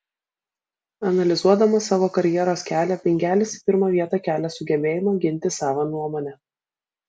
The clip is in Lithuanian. analizuodamas savo karjeros kelią bingelis į pirmą vietą kelia sugebėjimą ginti savą nuomonę